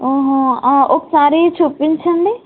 ఆహ ఒకసారి చూపించండి